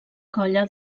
colla